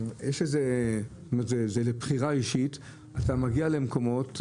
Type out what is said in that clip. זה שזה לבחירה אישית אתה מגיע למקומות,